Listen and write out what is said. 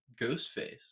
Ghostface